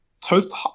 toast